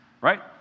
right